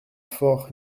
fort